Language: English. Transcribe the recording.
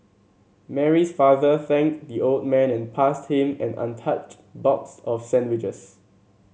Mary's father thanked the old man and passed him an untouched box of sandwiches